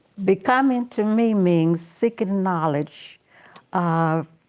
becoming to me means seeking knowledge um